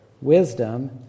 wisdom